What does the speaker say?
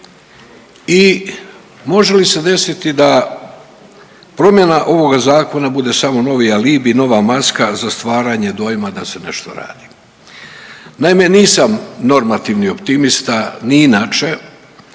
i može li se desiti da promjena ovoga zakona bude samo novi alibi, nova maska za stvaranje dojma da se nešto radi. Naime, nisam normativni optimista ni inače,